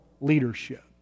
leadership